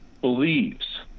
believes